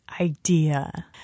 idea